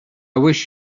wish